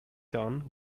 son